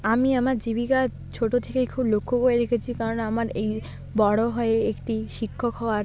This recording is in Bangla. আমি আমার জীবিকা ছোটো থেকেই খুব লক্ষ্য করে রেখেছি কারণ আমার এই বড়ো হয়ে একটি শিক্ষক হওয়ার